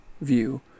view